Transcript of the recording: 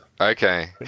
Okay